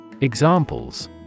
Examples